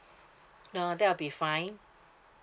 no that will be fine